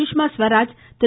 Sushma Swaraj Thiru